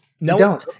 No